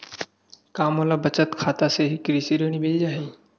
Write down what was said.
का मोला बचत खाता से ही कृषि ऋण मिल जाहि?